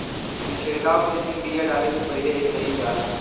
ई छिड़काव खेत में बिया डाले से पहिले ही कईल जाला